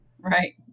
Right